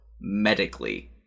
medically